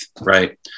Right